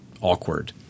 awkward